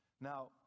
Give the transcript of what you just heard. now